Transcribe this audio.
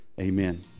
Amen